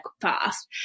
fast